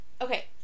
okay